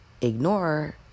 ignore